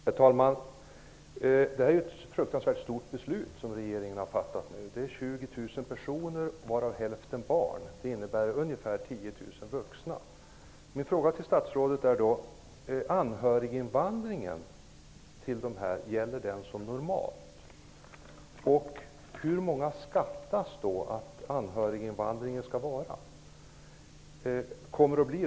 Herr talman! Det är ett fruktansvärt stort beslut som regeringen nu har fattat. 20 000 personer, varav hälften barn -- det innebär ca 10 000 vuxna. Hur stor uppskattas anhöriginvandringen komma att bli?